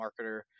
marketer